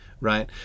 Right